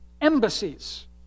embassies